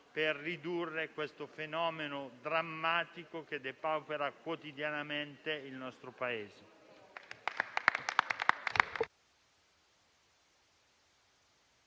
per ridurre questo fenomeno drammatico, che depaupera quotidianamente il nostro Paese.